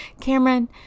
Cameron